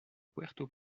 puerto